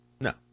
no